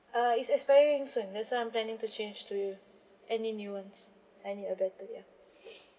uh it's expiring soon that's why I'm planning to change to you any new ones slightly a better ya